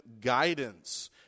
guidance